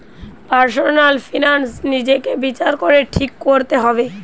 personal finance নিজেকে বিচার করে ঠিক কোরতে হবে